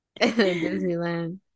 Disneyland